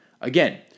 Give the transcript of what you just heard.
Again